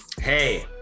hey